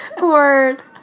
Word